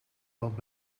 want